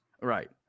Right